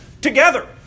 together